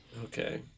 Okay